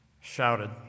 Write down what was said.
shouted